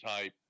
type